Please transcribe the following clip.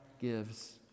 gives